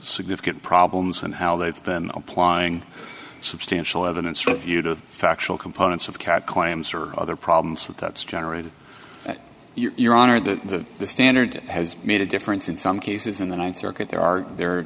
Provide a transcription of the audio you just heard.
significant problems and how they've been applying substantial evidence review to factual components of cat claims or other problems that that's generated that your honor the the standard has made a difference in some cases in the th circuit there are the